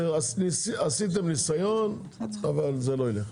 עשיתם ניסיון, אבל זה לא ילך.